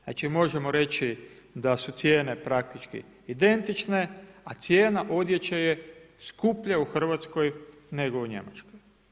Znači možemo reći da su cijene praktički identične a cijena odječe je skuplja u Hrvatskoj nego u Njemačkoj.